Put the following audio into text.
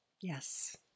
Yes